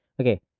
Okay